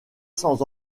sans